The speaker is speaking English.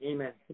Amen